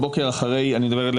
אני מדבר על